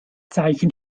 zeichen